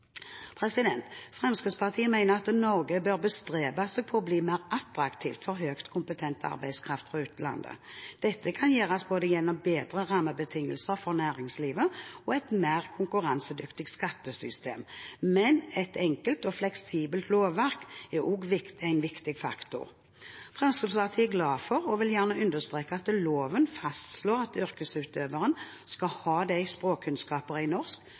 Fremskrittspartiet mener at Norge bør bestrebe seg på å bli mer attraktivt for høyt kompetent arbeidskraft fra utlandet. Dette kan gjøres gjennom både bedre rammebetingelser for næringslivet og et mer konkurransedyktig skattesystem, men et enkelt og fleksibelt lovverk er også en viktig faktor. Fremskrittspartiet er glad for og vil gjerne understreke at loven fastslår at yrkesutøveren skal ha de språkkunnskapene i norsk